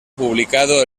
publicado